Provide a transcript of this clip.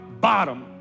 bottom